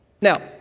Now